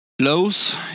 Lows